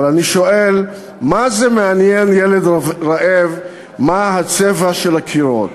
אבל אני שואל: מה זה מעניין ילד רעב מה הצבע של הקירות?